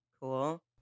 cool